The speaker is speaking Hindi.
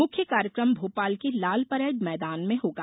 मुख्य कार्यक्रम भोपाल के लाल परैड मैदान में होगा